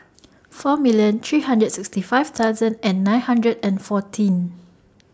four million three hundred sixty five thousand and nine hundred and fourteen